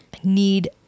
Need